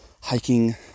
hiking